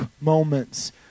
moments